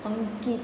आंकीत